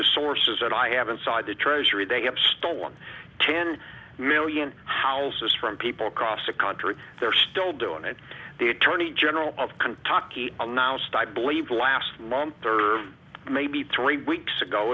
to sources that i have inside the treasury they have stolen ten million houses from people across the country they're still doing it the attorney general of kentucky announced i believe last month or maybe three weeks ago